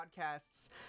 podcasts